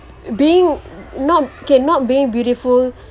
being not cannot being beautiful